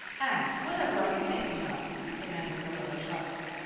anne, whatever are you thinking of? demanded marilla sharply.